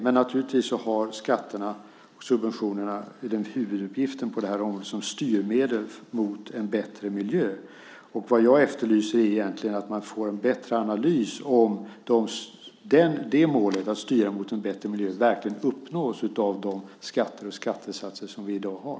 Men naturligtvis är huvuduppgiften att skatterna och subventionerna på det här området ska vara styrmedel mot en bättre miljö. Det jag efterlyser är egentligen att man får en bättre analys av om målet, att styra mot en bättre miljö, verkligen uppnås med de skatter och skattesatser som vi i dag har.